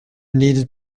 needed